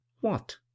What